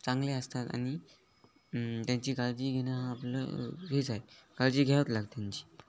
चांगले असतात आणि त्यांची काळजी घेणं आपलं हेच आहे काळजी घ्यावंच लागतं त्यांची